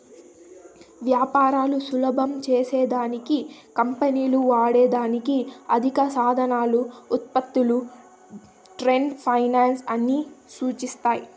వ్యాపారాలు సులభం చేసే దానికి కంపెనీలు వాడే దానికి ఆర్థిక సాధనాలు, ఉత్పత్తులు ట్రేడ్ ఫైనాన్స్ ని సూచిస్తాది